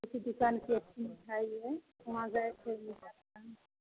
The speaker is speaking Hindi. किसी दुकान की अच्छी मिठाई है वहाँ गए थे मिला था